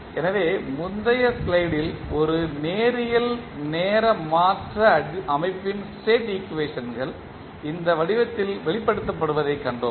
எனவே முந்தைய ஸ்லைடில் ஒரு நேரியல் நேர மாற்ற அமைப்பின் ஸ்டேட் ஈக்குவேஷன்கள் இந்த வடிவத்தில் வெளிப்படுத்தப்படுவதைக் கண்டோம்